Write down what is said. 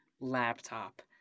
laptop